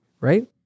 Right